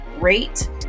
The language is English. rate